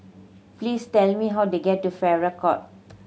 please tell me how to get to Farrer Court